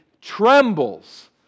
trembles